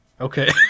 Okay